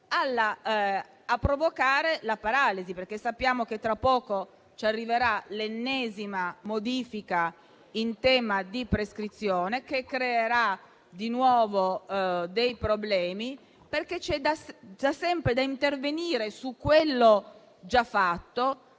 a provocare la paralisi, perché sappiamo che tra poco arriverà l'ennesima modifica in tema di prescrizione, che creerà di nuovo dei problemi; c'è sempre da intervenire su quello che è stato